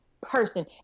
person